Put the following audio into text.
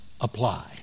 apply